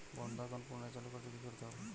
বন্ধ একাউন্ট পুনরায় চালু করতে কি করতে হবে?